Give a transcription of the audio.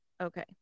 Okay